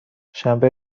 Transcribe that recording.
شنبه